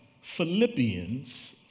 Philippians